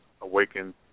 awaken